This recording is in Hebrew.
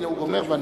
כמה?